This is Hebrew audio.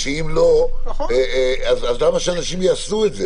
בגלל שאם לא, אז למה שאנשים יעשו את זה?